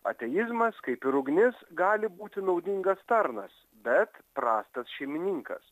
ateizmas kaip ir ugnis gali būti naudingas tarnas bet prastas šeimininkas